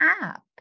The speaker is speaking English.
app